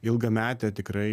ilgametė tikrai